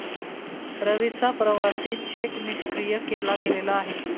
रवीचा प्रवासी चेक निष्क्रिय केला गेलेला आहे